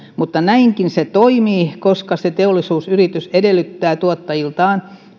mutta näinkin se toimii koska teollisuusyritys edellyttää toimia tuottajiltaan